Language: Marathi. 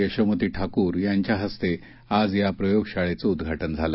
यशोमती ठाकूर यांच्या हस्ते आज या प्रयोगशाळेचं उद्धघाटन झालं